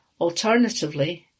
Alternatively